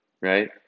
right